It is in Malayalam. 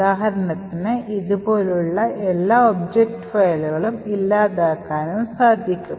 ഉദാഹരണത്തിന് ഇതുപോലുള്ള എല്ലാ ഒബ്ജക്റ്റ് ഫയലുകളും ഇല്ലാതാക്കാനും സാധിക്കും